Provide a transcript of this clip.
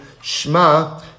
Shema